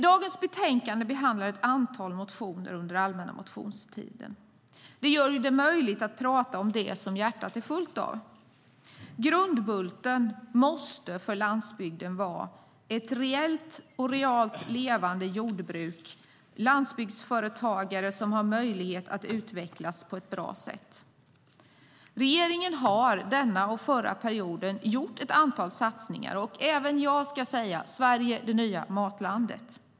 Dagens betänkande behandlar ett antal motioner som väckts under allmänna motionstiden. Det gör det möjligt att tala om det som hjärtat är fullt av. Grundbulten för landsbygden måste vara ett reellt och realt levande jordbruk och landsbygdsföretagare som har möjlighet att utvecklas på ett bra sätt. Regeringen har denna period och förra perioden gjort ett antal satsningar. Även jag ska nämna "Sverige - det nya matlandet".